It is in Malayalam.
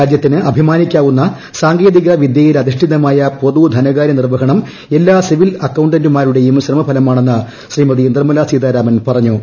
രാജ്യത്തിന്റെ അഭിമാനിക്കാവുന്ന സാങ്കേതിക വിദൃയിലധിഷ്ഠിതമായു പൂ പാതു ധനകാരൃനിർവ്വഹണം എല്ലാ സിവിൽ അക്കൌന്റുമാരുടെയും ശ്രമഫലമാണെന്ന് ശ്രീമതി നിർമ്മലാ സീതാരാമൻ പറഞ്ഞു